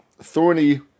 Thorny